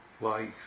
life